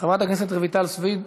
חברת הכנסת רויטל סויד,